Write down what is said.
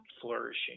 flourishing